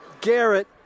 Garrett